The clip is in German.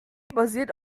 basiert